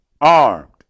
armed